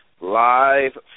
Live